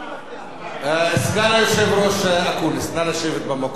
סגן היושב-ראש אקוניס, נא לשבת במקום שלך,